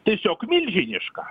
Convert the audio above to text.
tiesiog milžiniška